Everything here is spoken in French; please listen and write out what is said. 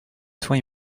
soins